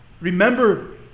Remember